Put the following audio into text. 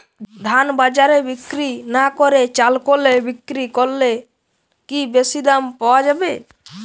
ধান বাজারে বিক্রি না করে চাল কলে বিক্রি করলে কি বেশী দাম পাওয়া যাবে?